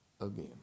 Again